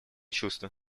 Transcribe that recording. чувства